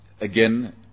again